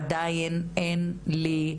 עדיין אין לי,